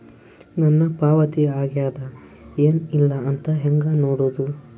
ನನ್ನ ಪಾವತಿ ಆಗ್ಯಾದ ಏನ್ ಇಲ್ಲ ಅಂತ ಹೆಂಗ ನೋಡುದು?